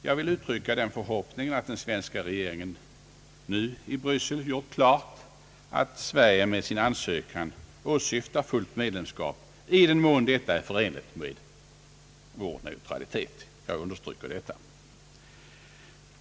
Jag vill uttrycka den förhoppningen att den svenska regeringen nu i Bryssel gjort klart att Sverige med sin ansökan åsyftar fullt medlemskap, i den mån detta är förenligt med vår neutralitet. Jag vill understryka detta.